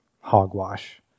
hogwash